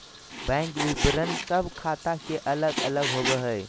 bank विवरण सब ख़ाता के अलग अलग होबो हइ